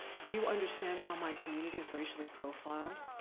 do you understand how my community is racially profiled?